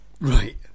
Right